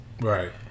Right